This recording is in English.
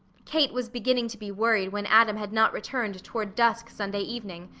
kate was beginning to be worried when adam had not returned toward dusk sunday evening,